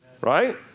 Right